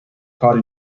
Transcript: caught